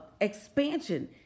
expansion